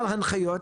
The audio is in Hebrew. על ההנחיות